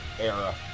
era